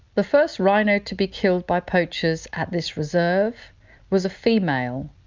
the first rhino to be killed by poachers at this reserve was a female,